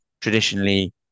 traditionally